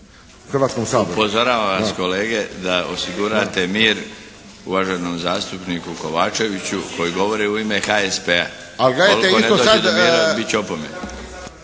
Upozoravam vas kolege da osigurate mir uvaženom zastupniku Kovačeviću koji govori u ime HSP-a. Ukoliko ne dođe do mira bit će opomena.